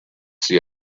see